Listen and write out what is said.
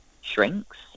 shrinks